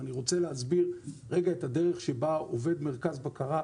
ואני רוצה להסביר את הדרך שבה עובד מרכז בקרה,